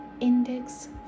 index